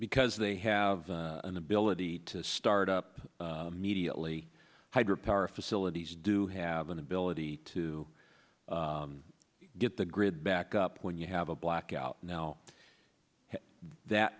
because they have an ability to start up mediately hydro power facilities do have an ability to get the grid back up when you have a blackout now that